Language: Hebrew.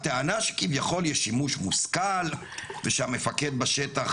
הטענה שכביכול יש שימוש מושכל ושהמפקד בשטח